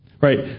Right